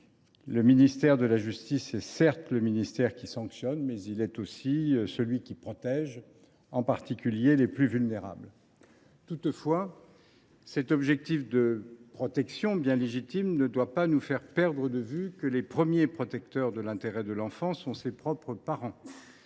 Le ministère de la justice est certes celui qui sanctionne, mais c’est aussi celui qui protège, notamment les plus vulnérables. Toutefois, cet objectif bien légitime de protection des enfants ne doit pas nous faire perdre de vue que les premiers protecteurs de l’intérêt de ceux ci sont ses propres parents.